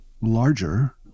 Larger